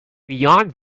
beyond